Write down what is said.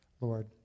Lord